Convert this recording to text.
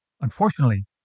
Unfortunately